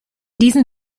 diesen